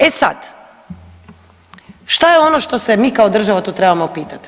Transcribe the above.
E sad, šta je ono što se mi kao država to trebamo pitati?